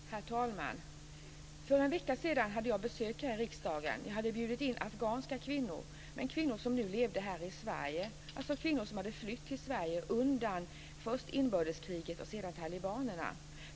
Herr talman! För en vecka sedan hade jag besök här i riksdagen. Jag hade bjudit in afghanska kvinnor som nu lever här i Sverige, alltså kvinnor som hade flytt till Sverige först undan inbördeskriget och sedan talibanerna.